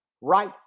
Right